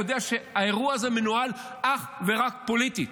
הוא יודע שהאירוע הזה מנוהל אך ורק פוליטי.